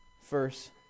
first